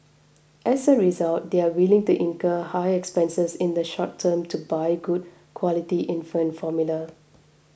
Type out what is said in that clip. as a result they are willing to incur high expenses in the short term to buy good quality infant formula